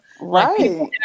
Right